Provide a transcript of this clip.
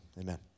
Amen